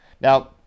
Now